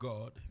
God